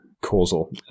causal